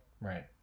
right